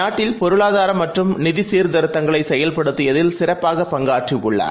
நாட்டில்பொருளாதாரம்மற்றும்நிதிசீர்திருத்தங்களைசெயல்படுத்தியதில்சிறப் பாகபங்காற்றிஉள்ளார்